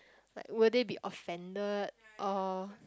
like will they be offended or